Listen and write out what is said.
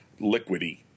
liquidy